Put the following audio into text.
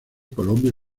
colombia